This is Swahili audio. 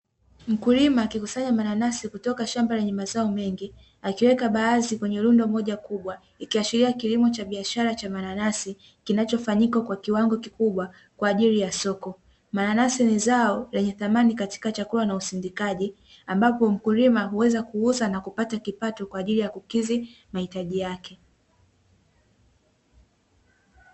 Mkulima akikusanya mananasi kutoka shamba lenye mazao mengi, akiweka baadhi kwenye rundo moja kubwa, ikiaashiria kilimo cha biashara cha mananasi, kinachofanyika kwa kiwango kikubwa kwa ajili ya soko. Mananasi ni zao lenye dhamani katika chakula na usindikaji, ambapo mkulima huweza kuuza na kupata kipato kwa ajili ya kukidhi mahitaji yake.